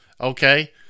Okay